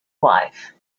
wife